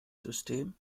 system